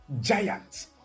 Giants